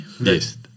yes